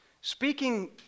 Speaking